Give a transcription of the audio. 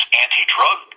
anti-drug